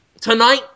tonight